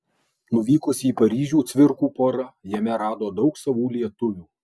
nuvykusi į paryžių cvirkų pora jame rado daug savų lietuvių